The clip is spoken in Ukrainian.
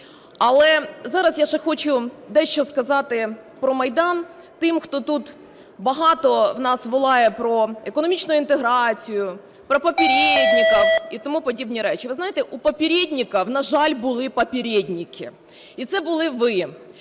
Але зараз я ще хочу дещо сказати про Майдан тим, хто тут багато в нас волає про економічну інтеграцію, про "попєрєдніков" і тому подібні речі. Ви знаєте, у "попєрєдніков", на жаль, були "попєрєднікі", і це були ви.